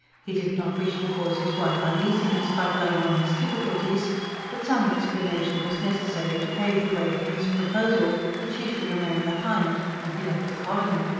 he did not wish to cause his wife uneasiness, by dwelling on his difficulties but some explanation was necessary to pave the way for his proposal that she should remain behind, when he left the colony.